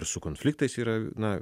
ir su konfliktais yra na